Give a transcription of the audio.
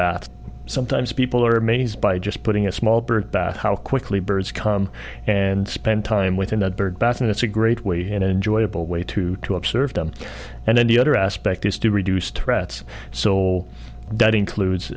bath sometimes people are amazed by just putting a small bird bath how quickly birds come and spend time with in the bird bath and it's a great way and enjoyable way too to observe them and then the other aspect is to reduce threats so that